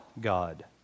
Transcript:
God